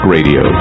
Radio